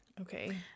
Okay